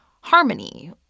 harmony